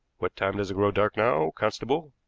what time does it grow dark now, constable?